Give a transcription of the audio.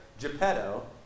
Geppetto